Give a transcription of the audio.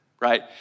right